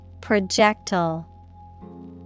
Projectile